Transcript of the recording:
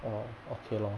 orh okay lor